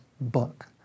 book